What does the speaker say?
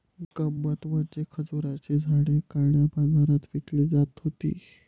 गंमत म्हणजे खजुराची झाडे काळ्या बाजारात विकली जात होती